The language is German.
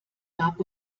gab